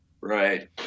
Right